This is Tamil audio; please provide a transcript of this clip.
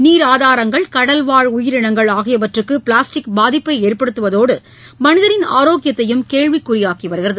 நீராதாரங்கள் கடல்வாழ் உயிரினங்கள் ஆகியவற்றுக்கு பிளாஸ்டிக் பாதிப்பை ஏற்படுத்துவதோடு மனிதனின் ஆரோக்கியத்தையும் கேள்விக் குறியாக்கி வருகிறது